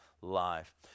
life